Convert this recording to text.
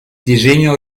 disegno